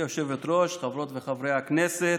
גברתי היושבת-ראש, חברות וחברי הכנסת,